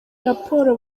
raporo